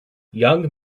young